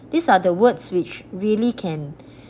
these are the words which really can